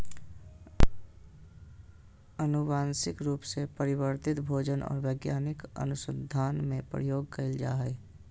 आनुवंशिक रूप से परिवर्तित भोजन और वैज्ञानिक अनुसन्धान में प्रयोग कइल जा हइ